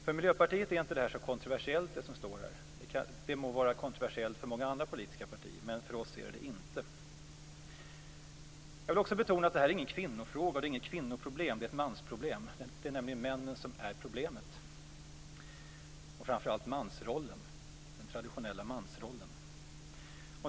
För Miljöpartiet är det som står här inte så kontroversiellt - det må vara kontroversiellt för många andra politiska partier. Jag vill också betona att det här inte är någon kvinnofråga eller något kvinnoproblem, utan det är ett mansproblem. Det är nämligen männen som är problemet, framför allt mansrollen, den traditionella mansrollen.